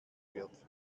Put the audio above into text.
wird